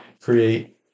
create